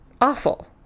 awful